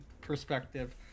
perspective